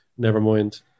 Nevermind